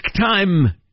time